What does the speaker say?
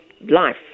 life